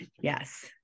Yes